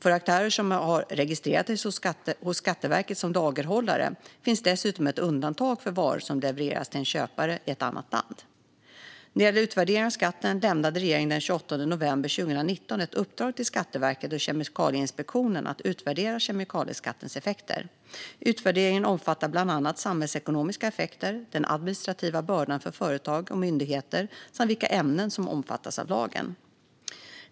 För aktörer som har registrerat sig hos Skatteverket som lagerhållare finns dessutom ett undantag för varor som levereras till en köpare i ett annat land. När det gäller utvärdering av skatten lämnade regeringen den 28 november 2019 ett uppdrag till Skatteverket och Kemikalieinspektionen att utvärdera kemikalieskattens effekter. Utvärderingen omfattar bland annat samhällsekonomiska effekter, den administrativa bördan för företag och myndigheter samt vilka ämnen som omfattas av lagen.